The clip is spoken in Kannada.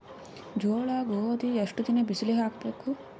ಜೋಳ ಗೋಧಿ ಎಷ್ಟ ದಿನ ಬಿಸಿಲಿಗೆ ಹಾಕ್ಬೇಕು?